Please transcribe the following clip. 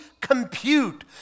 compute